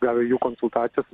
gal jų konsultacijos